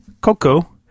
Coco